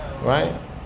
Right